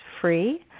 free